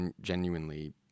genuinely